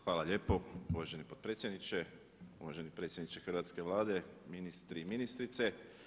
Hvala lijepo uvaženi potpredsjedniče, uvaženi predsjedniče hrvatske Vlade, ministri i ministrice.